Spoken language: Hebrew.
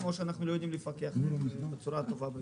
או שאנחנו לא יודעים לפקח בצורה הטובה ביותר.